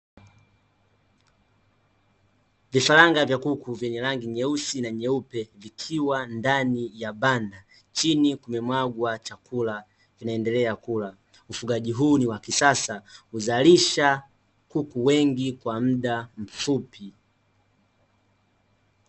Vifaranga vya kuku vyenye rangi nyeusi na nyeupe vikiwa ndani ya banda, chini kumemwagwa chakula, vinaendelea kula. Ufugaji huu ni wa kisasa; huzalisha kuku wengi kwa muda mfupi.